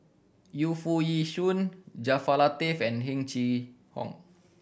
Yu Foo Yee Shoon Jaafar Latiff and Heng Chee How